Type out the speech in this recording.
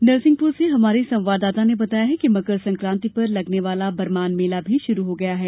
नरसिंहपुर् से हमारे संवाददाता ने बताया है मकर संकांति पर लगने वाला बरमान मेला भी शुरू हो गया है